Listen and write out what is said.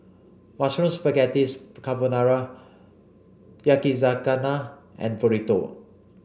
Mushroom Spaghetti Carbonara Yakizakana and Burrito